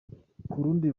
rundi